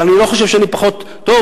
אבל אני לא חושב שאני פחות טוב.